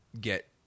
get